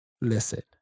Listen